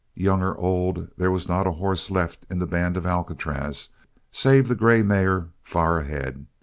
young or old there was not a horse left in the band of alcatraz save the grey mare far ahead.